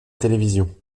télévision